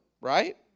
right